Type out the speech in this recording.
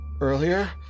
earlier